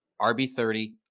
RB30